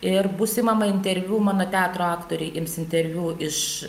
ir bus imama interviu mano teatro aktoriai ims interviu iš